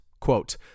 quote